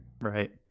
Right